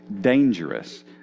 dangerous